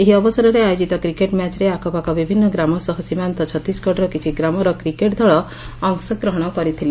ଏହି ଅବସରରରେ ଆୟୋଜିତ କ୍ରିକେଟ ମ୍ୟାଚରେ ଆଖପାଖ ବିଭିନୁ ଗ୍ରାମ ସହ ସୀମାନ୍ତ ଛତିଶଗଡ଼ର କିଛି ଗ୍ରାମର କ୍ରିକେଟ ଦଳ ଅଂଶ ଗ୍ରହଣ କରିଥିଲେ